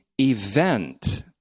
event